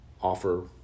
offer